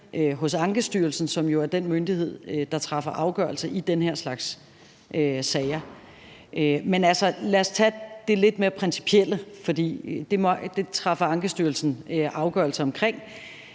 hos Ankestyrelsen, som jo er den myndighed, der træffer afgørelse i den her slags sager. Men lad os tage det lidt mere principielle, for den anden sag træffer Ankestyrelsen afgørelse om.